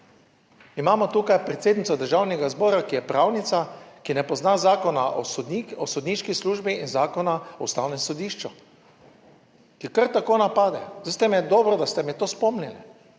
Imamo tukaj predsednico Državnega zbora, ki je pravnica, ki ne pozna Zakona o sodnih, o sodniški službi in Zakona o Ustavnem sodišču, ki jo kar tako napade. Zdaj ste me dobro, da ste me to spomnili,